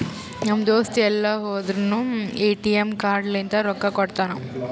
ನಮ್ ದೋಸ್ತ ಎಲ್ ಹೋದುರ್ನು ಎ.ಟಿ.ಎಮ್ ಕಾರ್ಡ್ ಲಿಂತೆ ರೊಕ್ಕಾ ಕೊಡ್ತಾನ್